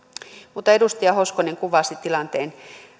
mutta edustaja hoskonen kuvasi tilanteen